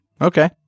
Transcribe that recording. Okay